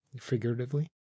figuratively